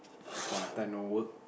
part of time no work